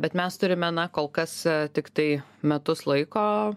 bet mes turime na kol kas tiktai metus laiko